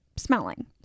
Smelling